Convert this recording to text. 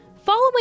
Following